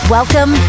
Welcome